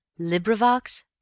Librivox